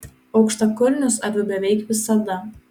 aukštakulnius aviu beveik visada